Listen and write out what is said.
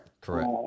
Correct